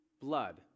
blood